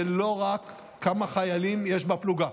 זה לא רק כמה חיילים יש בפלוגה,